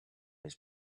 his